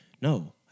No